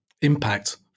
impact